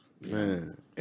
Man